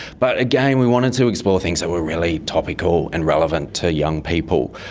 but again, we wanted to explore things that were really topical and relevant to young people.